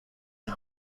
and